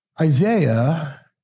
Isaiah